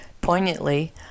Poignantly